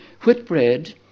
Whitbread